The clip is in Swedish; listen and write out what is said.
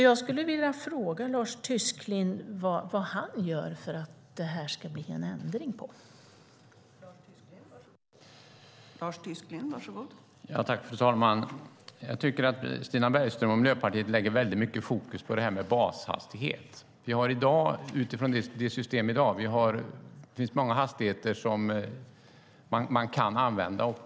Jag skulle vilja fråga Lars Tysklind vad han gör för att det ska bli ändring på detta.